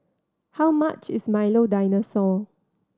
how much is Milo Dinosaur